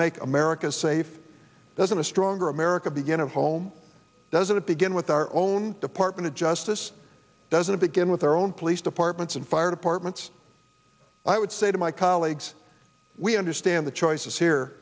make america safe there's a stronger america begin a home doesn't begin with our own department of justice doesn't begin with our own police departments and fire departments i would say to my colleagues we understand the choices here